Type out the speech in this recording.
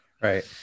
Right